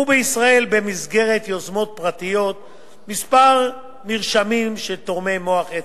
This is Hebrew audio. בישראל במסגרת יוזמות פרטיות כמה מרשמים של תורמי מוח עצם,